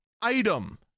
item